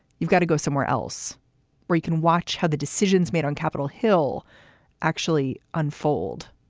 you've got to go somewhere else where you can watch how the decisions made on capitol hill actually unfold.